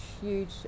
huge